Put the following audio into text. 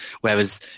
whereas